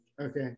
Okay